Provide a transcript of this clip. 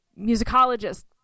musicologist